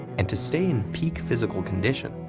and to stay in peak physical condition,